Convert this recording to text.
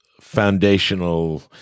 foundational